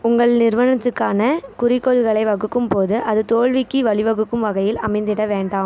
உங்கள் நிறுவனத்திற்கான குறிக்கோள்களை வகுக்கும்போது அது தோல்விக்கு வழிவகுக்கும் வகையில் அமைந்திட வேண்டாம்